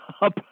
up